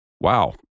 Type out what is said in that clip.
Wow